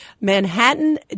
Manhattan